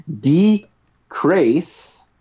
decrease